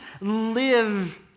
live